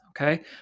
okay